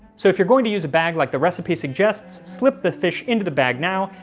so if you're going to use a bag like the recipe suggests slip the fish into the bag now,